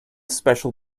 special